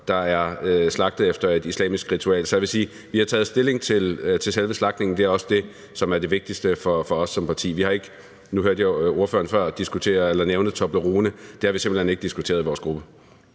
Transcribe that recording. der er slagtet efter et islamisk ritual. Så jeg vil sige, at vi har taget stilling til selve slagtningen, og det er også det, som er det vigtigste for os som parti. Nu hørte jeg ordføreren før nævne Toblerone, og det har vi simpelt hen ikke diskuteret i vores gruppe.